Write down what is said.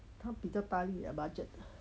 它比较大粒 budget